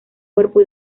cuerpo